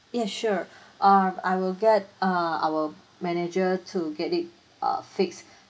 yes sure uh I will get err our manager to get it uh fix